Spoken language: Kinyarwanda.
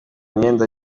imyenda